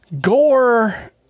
Gore